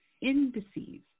indices